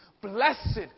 blessed